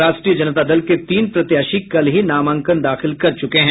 राष्ट्रीय जनता दल के तीन प्रत्याशी कल ही नामांकन दाखिल कर चुके हैं